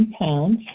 pounds